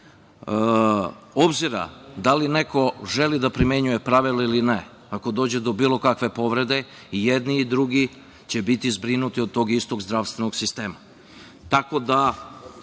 obzira da li neko želi da primenjuje pravila ili ne, ako dođe do bilo kakve povrede, i jedni i drugi će biti zbrinuti od tog istog zdravstvenog sistema. Tako